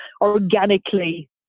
organically